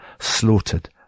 slaughtered